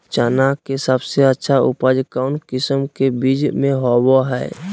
चना के सबसे अच्छा उपज कौन किस्म के बीच में होबो हय?